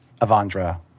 Avandra